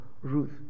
Ruth